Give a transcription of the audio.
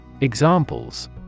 examples